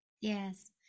Yes